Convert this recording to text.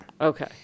Okay